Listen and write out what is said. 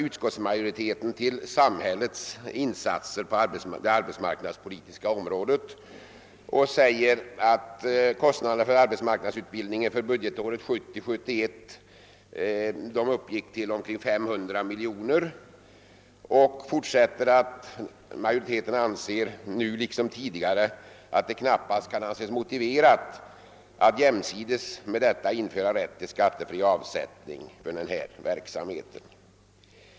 Utskottsmajoriteten hänvisar till samhällets insatser på det arbetsmarknadspolitiska området och säger bl a. följande: »Kostnaderna för arbetsmarknadsutbildning beräknas för budgetåret 1970/71 uppgå till 505 milj.kr.» Utskottsmajoriteten fortsätter med att säga att det knappast kan anses motiverat att jämsides med detta införa rätt till skattefri avsättning för omskolningsoch utbildningsverksamhet.